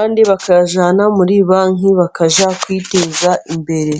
andi bakayajyana muri banki bakajya kwiteza imbere.